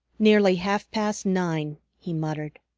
nearly half-past nine, he muttered.